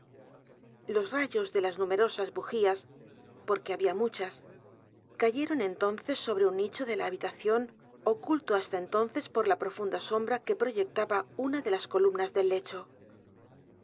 los rayos de las numerosas bujías porque había el retrato oval muchas cayeron entonces sobre un nicho de la habitación oculto hasta entonces por la profunda sombra que i proyectaba una de las columnas del lecho